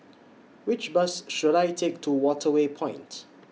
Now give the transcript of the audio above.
Which Bus should I Take to Waterway Point